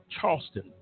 Charleston